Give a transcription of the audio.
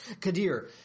Kadir